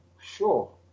sure